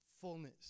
Fullness